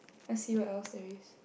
let's see what else there is